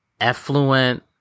affluent